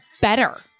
better